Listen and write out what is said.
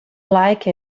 like